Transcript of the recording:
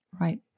Right